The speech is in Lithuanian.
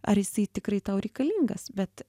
ar jisai tikrai tau reikalingas bet